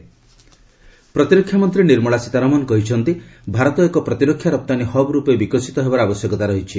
defence minister ପ୍ରତିରକ୍ଷା ମନ୍ତ୍ରୀ ନିର୍ମଳା ସୀତାରମଣ କହିଛନ୍ତି ଭାରତ ଏକ ପ୍ରତିରକ୍ଷା ରପ୍ତାନୀ ହବ୍ ରୂପେ ବିକଶିତ ହେବାର ଆବଶ୍ୟକତା ରହିଛି